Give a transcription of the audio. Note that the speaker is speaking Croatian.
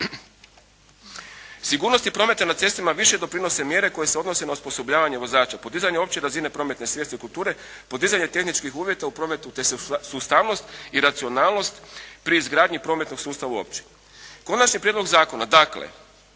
Sigurnosti prometa na cestama više doprinose mjere koje se odnose na osposobljavanje vozača, podizanje opće razine prometne svijesti, kulture, podizanje tehničkih uvjeta u prometu te sustavnost i racionalnost pri izgradnji prometnog sustava uopće. Konačni prijedlog zakona dakle